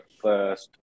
first